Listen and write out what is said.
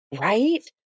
Right